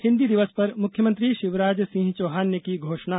हिन्दी दिवस पर मुख्यमंत्री शिवराज सिंह चौहान ने की घोषणा